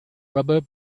rubber